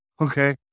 Okay